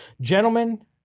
Gentlemen